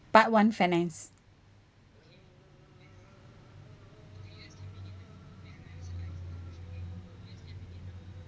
part one finance